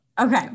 okay